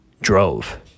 drove